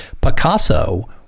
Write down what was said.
Picasso